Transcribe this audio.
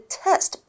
test